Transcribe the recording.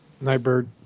nightbird